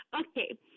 Okay